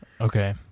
okay